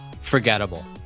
forgettable